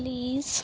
please